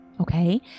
okay